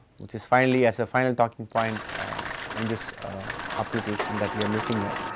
which is finally, as a final talking points in this application that we are looking at.